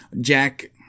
jack